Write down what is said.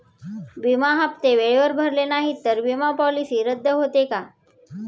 विमा हप्ते वेळेवर भरले नाहीत, तर विमा पॉलिसी रद्द होते का?